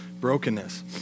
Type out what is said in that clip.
brokenness